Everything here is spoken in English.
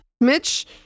mitch